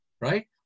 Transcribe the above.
Right